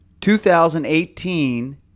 2018